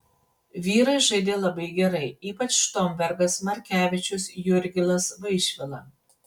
vyrai žaidė labai gerai ypač štombergas markevičius jurgilas vaišvila